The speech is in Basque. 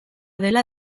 dela